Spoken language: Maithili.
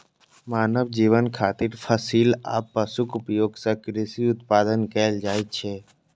मानव जीवन खातिर फसिल आ पशुक उपयोग सं कृषि उत्पादन कैल जाइ छै